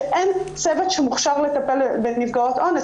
שאין צוות שמוכשר לטפל בנפגעות אונס,